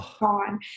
gone